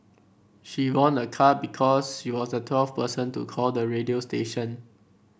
she won a car because she was the twelfth person to call the radio station